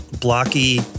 blocky